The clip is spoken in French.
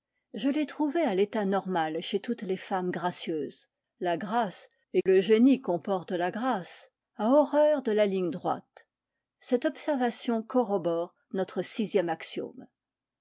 je tai trouvée à tétat normal chez toutes les femmes gracieuses la grâce et le génie comporte la grâce a horreur de la ligne droite cette observation corrobore notre sixième